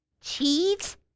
Cheese